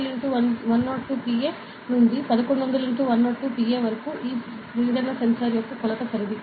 300x102 Pa నుండి 1100x102 Pa వరకు ఈ పీడన సెన్సార్ యొక్క కొలత పరిధి